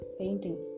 painting